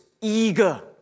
eager